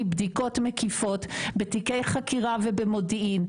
בדיקות מקיפות בתיקי חקירה ובמודיעין,